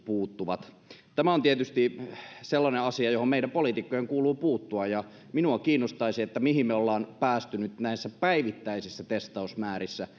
puuttuvat tämä on tietysti sellainen asia johon meidän poliitikkojen kuuluu puuttua ja minua kiinnostaisi mihin me olemme päässeet nyt näissä päivittäisissä testausmäärissä